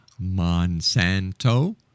Monsanto